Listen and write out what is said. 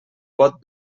pot